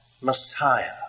Messiah